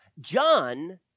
John